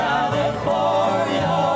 California